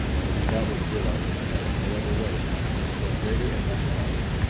for he doubtless realizes that in no other way could he inflict greater anguish upon me.